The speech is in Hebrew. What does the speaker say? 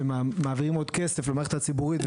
שמעבירים עוד כסף למערכת הציבורית,